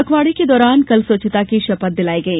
पखवाड़े के दौरान कल स्वच्छता की शपथ दिलाई गई